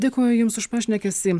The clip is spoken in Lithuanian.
dėkoju jums už pašnekesį